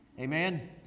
Amen